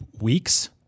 weeks